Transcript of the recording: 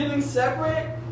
separate